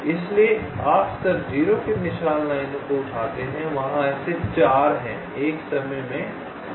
इसलिए आप स्तर 0 के निशान लाइनों को उठाते हैं वहाँ ऐसे 4 हैं एक समय में एक